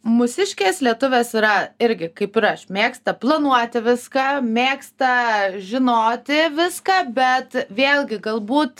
mūsiškės lietuvės yra irgi kaip ir aš mėgsta planuoti viską mėgsta žinoti viską bet vėlgi galbūt